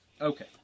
Okay